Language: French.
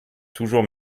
toujours